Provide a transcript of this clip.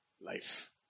life